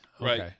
Right